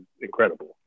incredible